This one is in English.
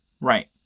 Right